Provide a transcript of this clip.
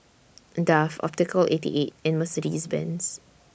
Dove Optical eighty eight and Mercedes Benz